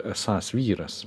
esąs vyras